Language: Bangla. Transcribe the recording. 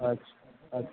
আচ্ছা আচ্ছা